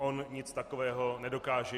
On nic takového nedokáže.